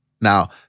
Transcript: now